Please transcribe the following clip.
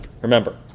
Remember